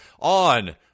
on